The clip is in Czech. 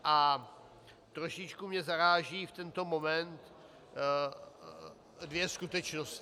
A trošičku mě zarážejí v tento moment dvě skutečnosti.